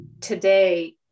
today